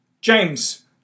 James